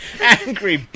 angry